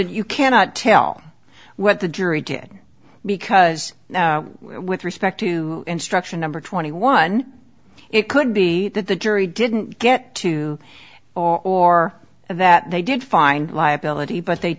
you cannot tell what the jury did because now with respect to instruction number twenty one it could be that the jury didn't get to or that they did find liability but they